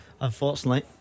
unfortunately